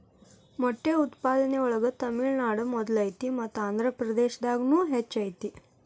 ಮೊಟ್ಟೆ ಉತ್ಪಾದನೆ ಒಳಗ ತಮಿಳುನಾಡು ಮೊದಲ ಐತಿ ಮತ್ತ ಆಂದ್ರಪ್ರದೇಶದಾಗುನು ಹೆಚ್ಚ ಐತಿ